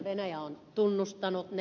venäjä on tunnustanut ne